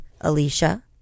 Alicia